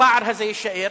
הפער הזה יישאר,